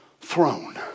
throne